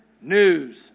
news